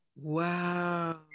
Wow